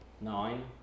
Nine